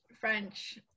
French